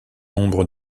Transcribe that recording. nombre